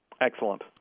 Excellent